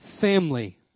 family